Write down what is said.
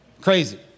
Crazy